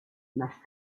más